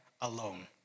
alone